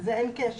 לזה אין קשר.